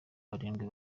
barindwi